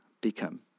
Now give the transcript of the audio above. become